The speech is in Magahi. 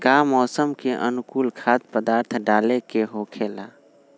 का मौसम के अनुकूल खाद्य पदार्थ डाले के होखेला?